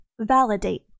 Validate